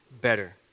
better